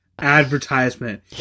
advertisement